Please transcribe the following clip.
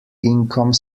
income